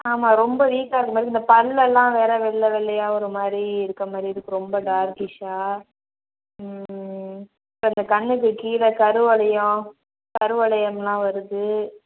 ஆமாம் ரொம்ப வீக்காக அந்தமாதிரி இந்த பல்லெல்லாம் வேறு வெள்ளை வெள்ளையாக ஒருமாதிரி இருக்கமாதிரி இருக்கு ரொம்ப டார்க்கிஷ்ஷாக ம் ம் கொஞ்சம் கண்ணுக்கு கீழ கருவளையம் கருவளையம் எல்லாம் வருது